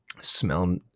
smell